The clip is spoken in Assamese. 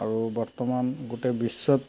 আৰু বৰ্তমান গোটেই বিশ্বত